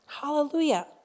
Hallelujah